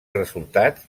resultats